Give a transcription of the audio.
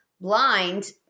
blind